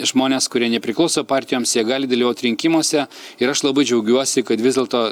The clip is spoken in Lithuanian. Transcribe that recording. žmonės kurie nepriklauso partijoms jie gali dalyvaut rinkimuose ir aš labai džiaugiuosi kad vis dėlto